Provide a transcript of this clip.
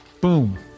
Boom